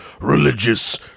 religious